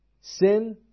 Sin